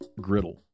Griddle